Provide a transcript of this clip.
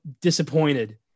disappointed